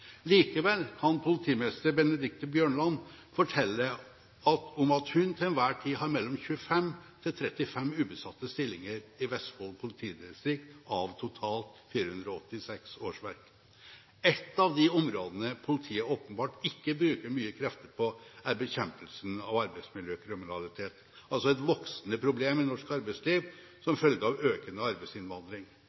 Likevel kan politimester Benedicte Bjørnland fortelle at hun til enhver tid har mellom 25 og 35 ubesatte stillinger i Vestfold politidistrikt av totalt 486 årsverk. Et av de områdene politiet åpenbart ikke bruker mye krefter på, er bekjempelsen av arbeidsmiljøkriminalitet – et voksende problem i norsk arbeidsliv som følge av økende arbeidsinnvandring.